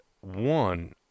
one